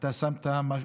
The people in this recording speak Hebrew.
אתה שמת לב?